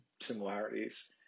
similarities